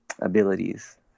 abilities